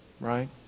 right